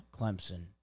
Clemson